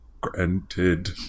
granted